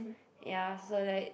ya so like